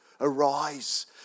arise